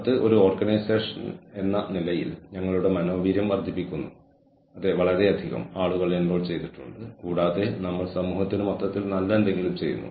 അതിനാൽ ഓർഗനൈസേഷന്റെ തന്ത്രപരമായ ലക്ഷ്യങ്ങൾ കൈവരിക്കുന്നതിന് തന്ത്രപരമായ ഹ്യൂമൻ റിസോഴ്സ് മാനേജ്മെന്റ് എങ്ങനെ സഹായിക്കുമെന്ന് വിശദീകരിക്കുന്ന മറ്റൊരു മാതൃകയാണിത്